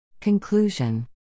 Conclusion